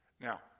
Now